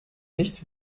nicht